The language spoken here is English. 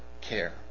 care